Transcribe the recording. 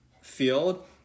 field